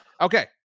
Okay